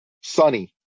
sunny